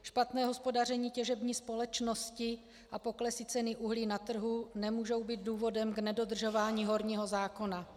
Špatné hospodaření těžební společnosti a poklesy ceny uhlí na trhu nemůžou být důvodem k nedodržování horního zákona.